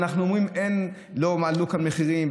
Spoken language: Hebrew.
ואנחנו אומרים שלא עלו כאן מחירים,